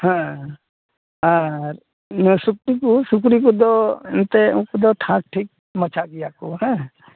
ᱦᱮᱸ ᱟᱨ ᱥᱩᱠᱨᱤ ᱠᱚ ᱥᱩᱠᱨᱤ ᱠᱚᱫᱚ ᱮᱱᱛᱮᱫ ᱩᱱᱠᱩ ᱫᱚ ᱴᱷᱟᱠ ᱴᱷᱤᱠ ᱢᱟᱪᱷᱟᱜ ᱜᱮᱭᱟ ᱠᱚ ᱦᱮᱸ